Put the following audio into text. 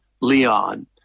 Leon